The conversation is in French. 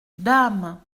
dame